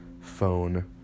phone